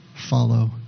follow